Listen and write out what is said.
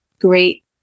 great